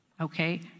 Okay